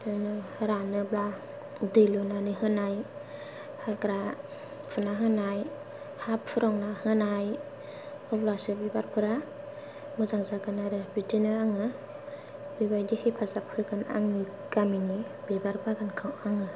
दोनो रानोब्ला दै लुनानै होनाय हाग्रा फुना होनाय हा फुरुंना होनाय अब्लासो बिबारफ्रा मोजां जागोन आरो बिदिनो आङो बेबायदि हेफाजाब होगोन आंनि गामिनि बिबार बागानखौ आङो